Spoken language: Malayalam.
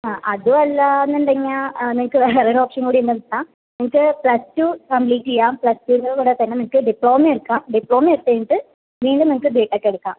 ആ അതും അല്ലായെന്നുണ്ടെങ്കിൽ നിങ്ങൾക്ക് വേറെ ഓപ്ഷൻ കൂടെ നിർത്താം നിങ്ങൾക്ക് പ്ലസ് ടു കമ്പ്ലീറ്റ് ചെയ്യാം പ്ലസ് ടുവിൻ്റെ കൂടെത്തന്നെ നിങ്ങൾക്ക് ഡിപ്ലോമ എടുക്കാം ഡിപ്ലോമ എടുത്തുകഴിഞ്ഞിട്ട് വീണ്ടും നിങ്ങൾക്ക് ബി ടെക്ക് എടുക്കാം